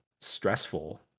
stressful